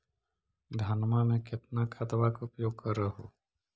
धानमा मे कितना खदबा के उपयोग कर हू?